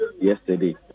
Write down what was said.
yesterday